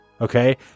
Okay